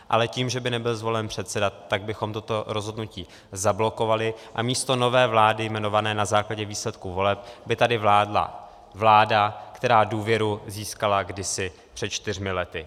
Ale tím, že by nebyl zvolen předseda, tak bychom toto rozhodnutí zablokovali a místo nové vlády jmenované na základě výsledků voleb by tady vládla vláda, která důvěru získala kdysi před čtyřmi lety.